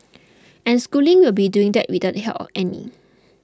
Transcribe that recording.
and schooling will be doing that without the help of any